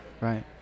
right